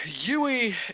yui